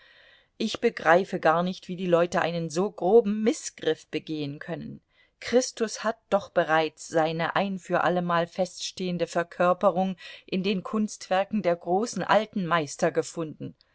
ich begreife gar nicht wie die leute einen so groben mißgriff begehen können christus hat doch bereits seine ein für allemal feststehende verkörperung in den kunstwerken der großen alten meister gefunden